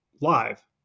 live